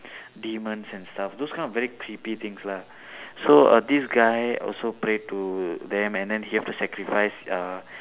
demons and stuff those kind of very creepy things lah so uh this guy also pray to them and then he have to sacrifice uh